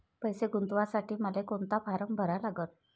पैसे गुंतवासाठी मले कोंता फारम भरा लागन?